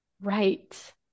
Right